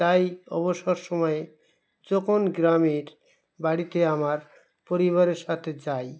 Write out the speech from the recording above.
তাই অবসর সময়ে যখন গ্রামের বাড়িতে আমার পরিবারের সাথে যাই